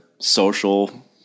social